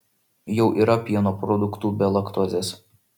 jau yra pieno produktų be laktozes